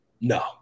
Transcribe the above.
No